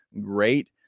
great